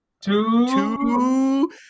two